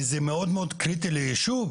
כי זה מאוד מאוד קריטי ליישוב.